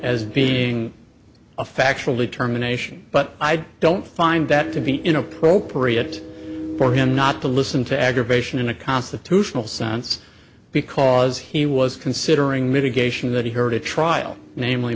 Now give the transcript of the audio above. as being a factual determination but i don't find that to be inappropriate for him not to listen to aggravation in a constitutional sense because he was considering mitigation that he heard a trial namely